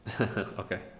Okay